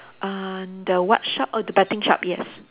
uh the what shop oh the betting shop yes